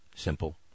simple